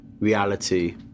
reality